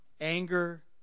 anger